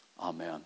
Amen